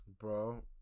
Bro